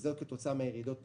וזאת כתוצאה מן הירידות בשווקים,